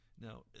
Now